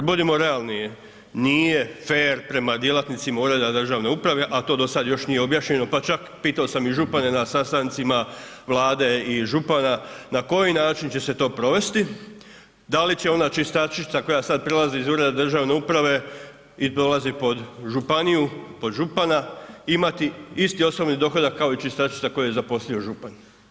Budimo realni, nije fer prema djelatnicima ureda državne uprave, a to do sad još nije objašnjeno, pa čak pitao sam i župane na sastancima Vlade i župana na koji način će se to provesti, da li će ona čistačica koja sad prelazi iz ureda državne uprave i dolazi pod županiju, pod župana, imati isti osobni dohodak kao i čistačica koju je zaposlio župan?